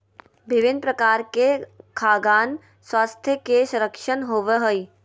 विभिन्न प्रकार के खाद्यान स्वास्थ्य के संरक्षण होबय हइ